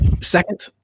Second